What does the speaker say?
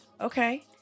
okay